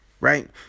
right